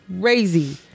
crazy